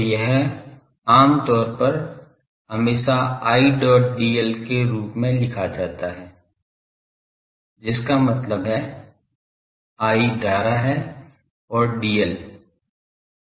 तो यह आम तौर पर हमेशा Idl के रूप में लिखा जाता है जिसका मतलब है I धारा है और dl